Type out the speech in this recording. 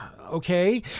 okay